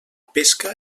pesca